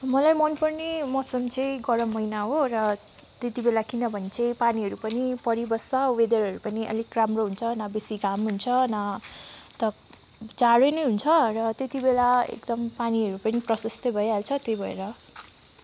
मलाई मनपर्ने मौसम चाहिँ गरम महिना हो र त्यति बेला किनभने चाहिँ पानीहरू पनि परिबस्छ वेदरहरू पनि अलिक राम्रो हुन्छ न बेसी घाम हुन्छ न त जाडो नै हुन्छ र त्यति बेला एकदम पानीहरू पनि प्रशस्तै भइहाल्छ त्यही भएर